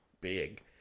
big